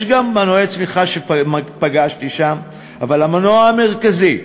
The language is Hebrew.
יש גם מנועי צמיחה שפגשתי שם, אבל המנוע המרכזי,